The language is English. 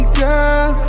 girl